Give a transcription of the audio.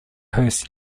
hosts